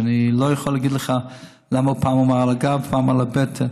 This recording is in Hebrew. ואני לא יכול להגיד לך למה פעם הוא אמר על הגב ופעם על הבטן.